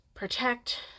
Protect